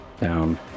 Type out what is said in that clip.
down